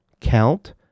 count